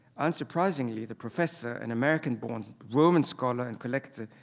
unsurprisingly, the professor, an american born roman scholar and collector,